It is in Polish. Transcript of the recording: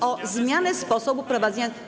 o zmianę sposobu prowadzenia.